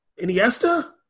Iniesta